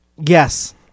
Yes